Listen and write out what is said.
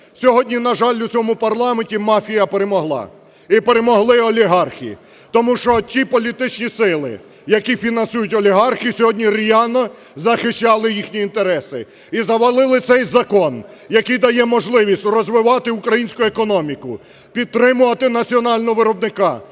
Сьогодні, на жаль, у цьому парламенті мафія перемогла і перемогли олігархи, тому що ті політичні сили, яких фінансують олігархи, сьогодні р'яно захищали їхні інтереси і завалили цей закон, який дає можливість розвивати українську економіку, підтримувати національного виробника,